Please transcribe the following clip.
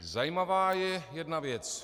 Zajímavá je jedna věc.